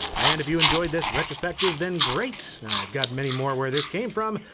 and if you enjoyed this retrospective then great! i've got many more where this came from,